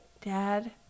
dad